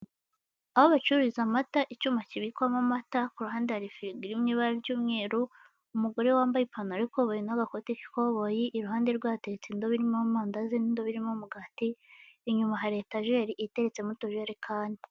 Mu muhanda hagati muri kaburimbo iri gucamo imodoka; handitsemo ahedi bivuga komeza.